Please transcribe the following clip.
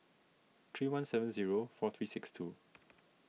three one seven zero four three six two